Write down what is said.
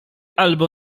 albo